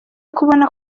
kubona